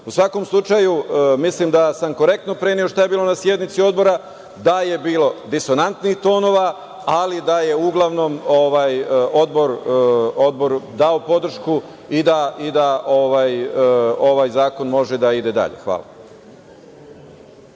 svakom slučaju, mislim da sam korektno preneo šta je bilo na sednici Odbora, da je bilo disonantnih tonova, ali da je uglavnom Odbor dao podršku i da ovaj zakon može da ide dalje. Hvala.